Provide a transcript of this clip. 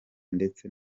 ndetse